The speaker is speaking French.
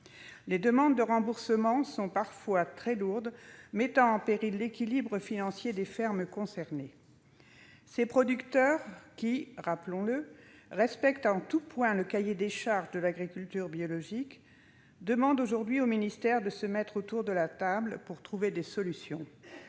ces demandes de remboursement sont parfois très lourdes, mettant en péril l'équilibre financier des fermes concernées. Ces producteurs, qui respectent en tout point le cahier des charges de l'agriculture biologique, demandent au ministère la possibilité de s'asseoir autour d'une table pour trouver des solutions.